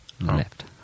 Left